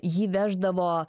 jį veždavo